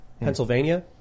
Pennsylvania